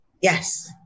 Yes